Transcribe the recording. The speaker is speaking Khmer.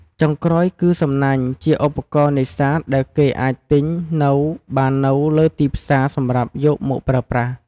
ចុងក្រោយគឺ សំណាញ់ជាឧបករណ៍នេសាទដែលគេអាចទិញនៅបាននៅលើទីផ្សារសម្រាប់យកមកប្រើប្រាស់។